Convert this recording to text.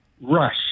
Rush